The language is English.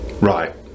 Right